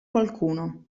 qualcuno